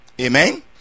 Amen